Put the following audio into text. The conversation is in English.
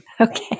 Okay